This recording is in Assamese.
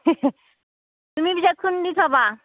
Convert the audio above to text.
তুমি পিছে খুন্দি থ'বা